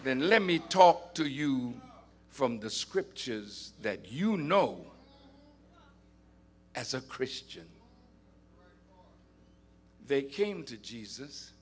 then let me talk to you from the scriptures that you know as a christian they came to jesus